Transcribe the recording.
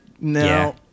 No